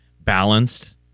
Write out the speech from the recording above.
balanced